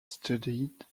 studied